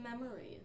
memories